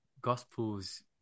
gospels